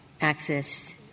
access